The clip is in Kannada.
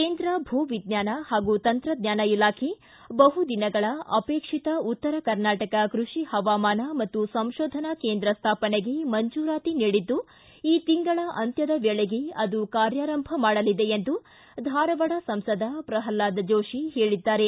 ಕೇಂದ್ರ ಭೂವಿಜ್ಞಾನ ಹಾಗೂ ತಂತ್ರಜ್ಞಾನ ಇಲಾಖೆ ಬಹುದಿನಗಳ ಅಪೇಕ್ಷಿತ ಉತ್ತರ ಕರ್ನಾಟಕ ಕೃಷಿ ಹವಾಮಾನ ಹಾಗೂ ಸಂತೋಧನಾ ಕೇಂದ್ರ ಸ್ವಾಪನೆಗೆ ಮಂಜೂರಾತಿ ನೀಡಿದ್ದು ಈ ತಿಂಗಳ ಅಂತ್ಯದ ವೇಳೆಗೆ ಅದು ಕಾರ್ಯಾರಂಭ ಮಾಡಲಿದೆ ಎಂದು ಧಾರವಾಡ ಸಂಸದ ಪ್ರಲ್ವಾದ ಜೋಶಿ ಹೇಳಿದ್ದಾರೆ